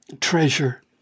treasure